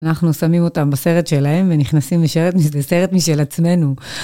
אנחנו שמים אותם בסרט שלהם ונכנסים לסרט משל עצמנו.